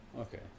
Okay